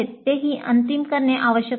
तेही अंतिम करणे आवश्यक आहे